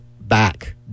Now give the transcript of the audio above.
back